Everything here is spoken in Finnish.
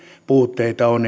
puutteita on